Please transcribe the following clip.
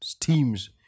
teams